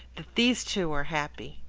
that these two are happy.